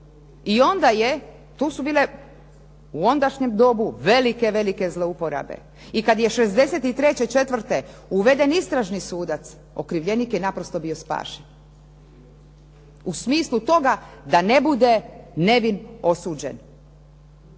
i onda je, tu su bile u ondašnjem dobu velike zlouporabe. I kad je 63., 64. uveden istražni sudac okrivljenik je naprosto bio spašen u smislu toga da ne bude nevin osuđen.